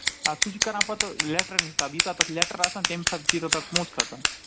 آ سُہ چھِ کَران پتہٕ لیٹرن حِساب ییٖتیٛاہ تَتھ لیٹر آسن تَمہِ حِساب چھِی تَتھ پۄنٛسہٕ کھسان